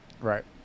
Right